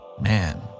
man